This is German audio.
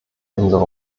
unsere